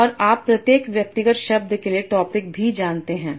और आप प्रत्येक व्यक्तिगत शब्द के लिए टॉपिक भी जानते हैं